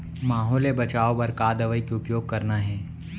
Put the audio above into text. माहो ले बचाओ बर का दवई के उपयोग करना हे?